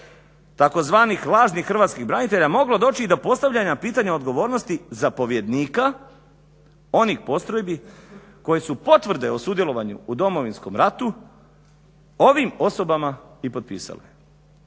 tzv. lažnih hrvatskih branitelja moglo doći i do postavljanja pitanja odgovornosti zapovjednika onih postrojbi koje su potvrde o sudjelovanju u Domovinskom ratu ovim osobama i potpisale.